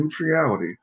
neutrality